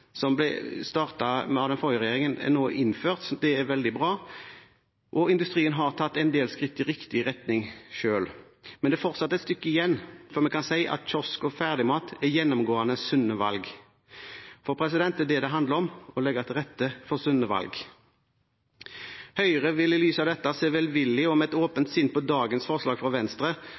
som ble startet av den forrige regjeringen, er nå innført. Det er veldig bra. Industrien har tatt en del skritt i riktig retning selv, men det er fortsatt et stykke igjen før vi kan si at kiosk- og ferdigmat er gjennomgående sunne valg. For det er det det handler om: å legge til rette for sunne valg. Høyre vil i lys av dette se velvillig og med et åpent sinn på dagens forslag fra Venstre